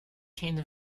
change